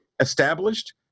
established